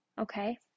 okay